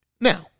Now